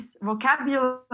vocabulary